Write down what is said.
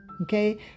Okay